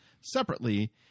separately